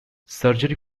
surgery